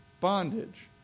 bondage